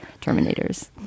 Terminators